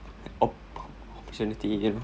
op~ opportunity you know